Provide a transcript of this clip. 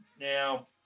Now